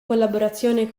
collaborazione